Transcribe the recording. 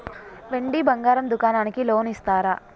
వెండి బంగారం దుకాణానికి లోన్ ఇస్తారా?